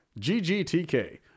ggtk